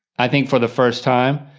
i think for the first time,